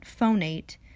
phonate